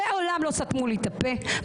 מעולם לא סתמו לי את הפה,